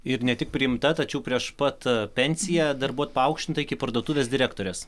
ir ne tik priimta tačiau prieš pat pensiją dar buvot paaukštinta iki parduotuvės direktorės